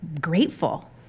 grateful